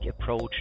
approach